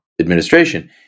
administration